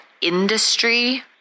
industry